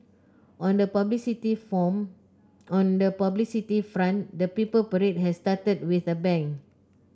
on the publicity from on the publicity front the Purple Parade has started with a bang